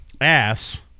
Ass